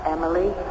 Emily